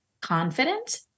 confident